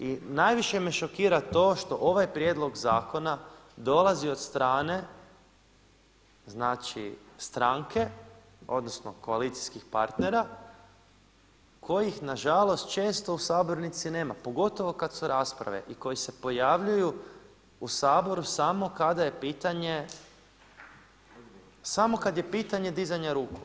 I najviše me šokira to što ovaj prijedlog zakona dolazi od strane, znači stranke, odnosno koalicijskih partnera kojih na žalost često u sabornici nema pogotovo kad su rasprave i koji se pojavljuju u Saboru samo kada je pitanje dizanja ruku.